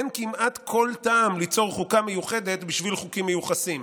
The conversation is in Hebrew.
אין כמעט כל טעם ליצור חוקה מיוחדת בשביל חוקים מיוחסים".